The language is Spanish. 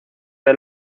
del